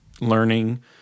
learning